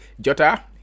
Jota